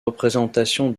représentation